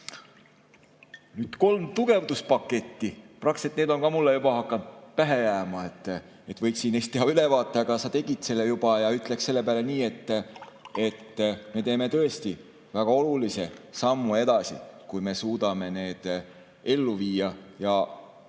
Nüüd, kolm tugevduspaketti, praktiliselt need on mulle ka juba hakanud pähe jääma. Võiksin neist teha ülevaate, aga sa tegid selle juba. Ütleksin selle peale nii, et me teeme tõesti väga olulise sammu edasi, kui me suudame need ellu viia. Ma